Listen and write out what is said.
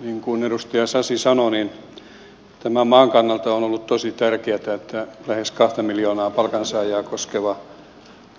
niin kuin edustaja sasi sanoi tämän maan kannalta on ollut tosi tärkeätä että lähes kahta miljoonaa palkansaajaa koskeva